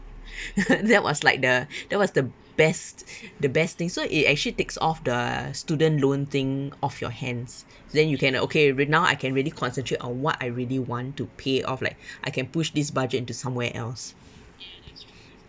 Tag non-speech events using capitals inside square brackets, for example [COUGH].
[LAUGHS] that was like the [BREATH] that was the best [BREATH] the best thing so it actually takes of the student loan thing off your hands then you can okay real~ now I can really concentrate on what I really want to pay off like [BREATH] I can push this budget to somewhere else